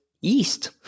yeast